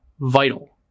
vital